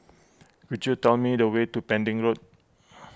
could you tell me the way to Pending Road